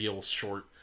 short